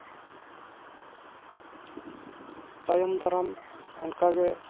ᱛᱟᱭᱚᱢ ᱫᱟᱨᱟᱢ ᱚᱱᱠᱟ ᱜᱮ